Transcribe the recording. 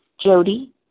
Jody